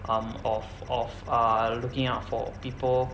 um of of uh looking out for people